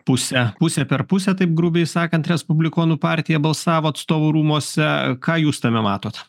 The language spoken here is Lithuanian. pusę pusė per pusę taip grubiai sakant respublikonų partija balsavo atstovų rūmuose ką jūs tame matot